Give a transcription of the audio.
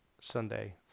Sunday